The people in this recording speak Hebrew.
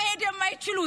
(אומרת דברים באמהרית,